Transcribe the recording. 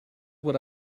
what